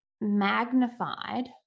magnified